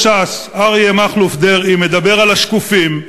ש"ס אריה מכלוף דרעי מדבר על "השקופים"